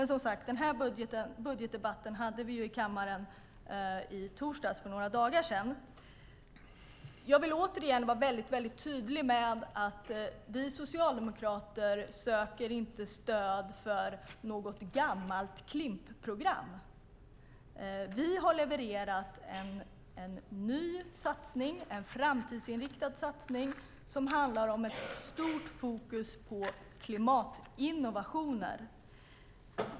Men budgetdebatten hade vi som sagt i kammaren i torsdags. Jag vill återigen vara tydlig med att vi socialdemokrater inte söker stöd för något gammalt Klimpprogram. Vi levererar en ny satsning, en framtidsinriktad satsning med stort fokus på klimatinnovationer.